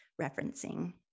referencing